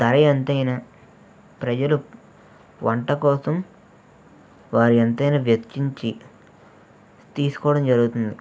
ధర ఎంతైనా ప్రజలు వంట కోసం వారు ఎంతైనా వెచ్చించి తీసుకోవడం జరుగుతుంది